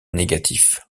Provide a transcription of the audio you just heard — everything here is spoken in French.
négatif